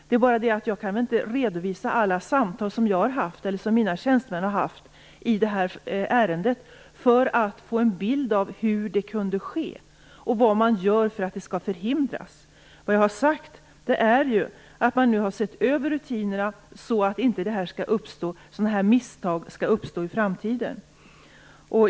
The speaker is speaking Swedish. Det är bara det att jag inte kan redovisa alla samtal som jag och mina tjänstemän har haft i detta ärende för att få en bild av hur detta kunde ske och vad som görs för att det skall förhindras i fortsättningen. Vad jag har sagt är att rutinerna nu har setts över för att inte sådana här misstag skall uppstå i framtiden.